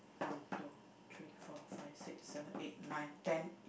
one two three four five six seven eight nine ten